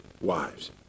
wives